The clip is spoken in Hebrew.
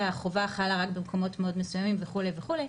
שוב בגלל שהחובה חלה רק במקומות מאוד מסוימים וכו' וכו'.